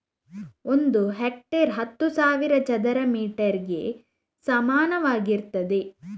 ಒಂದು ಹೆಕ್ಟೇರ್ ಹತ್ತು ಸಾವಿರ ಚದರ ಮೀಟರ್ ಗೆ ಸಮಾನವಾಗಿರ್ತದೆ